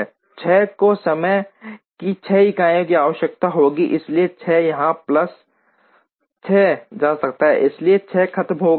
6 को समय की 6 इकाइयों की आवश्यकता होती है इसलिए 6 यहां प्लस 6 जा सकते हैं इसलिए 6 खत्म हो गया है